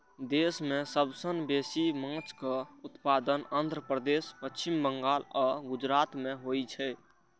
देश मे सबसं बेसी माछक उत्पादन आंध्र प्रदेश, पश्चिम बंगाल आ गुजरात मे होइ छै